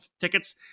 tickets